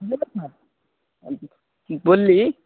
की बोलली